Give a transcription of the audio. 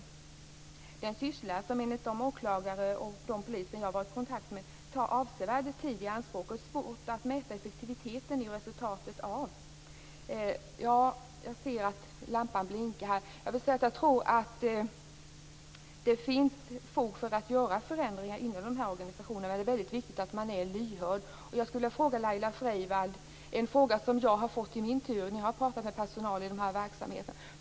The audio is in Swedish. Det är en syssla som enligt de åklagare jag varit i kontakt med tar avsevärd tid i anspråk och som det är svårt att mäta effektiviteten i och resultatet av. Jag ser att lampan blinkar nu, men jag vill säga att jag tror att det finns fog för att göra förändringar i dessa organisationer. Det är väldigt viktigt att man är lyhörd. Jag skulle vilja ställa en fråga till Laila Freivalds som jag i min tur har fått när jag har pratat med personal inom dessa verksamheter.